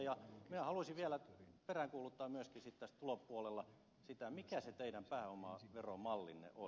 minä haluaisin vielä peräänkuuluttaa myöskin tässä tulopuolella sitä mikä se teidän pääomaveromallinne on